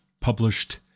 published